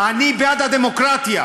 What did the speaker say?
אני בעד הדמוקרטיה,